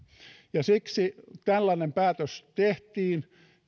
takia siksi tällainen päätös tehtiin